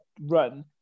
run